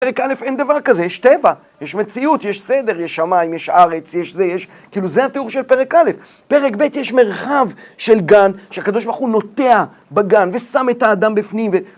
פרק א' אין דבר כזה, יש טבע, יש מציאות, יש סדר, יש שמיים, יש ארץ, יש זה, כאילו זה התיאור של פרק א'. פרק ב' יש מרחב של גן, שהקדוש ברוך הוא נוטע בגן, ושם את האדם בפנים.